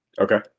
Okay